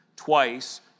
Twice